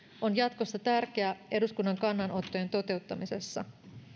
on jatkossa tärkeä eduskunnan kannanottojen toteuttamisessa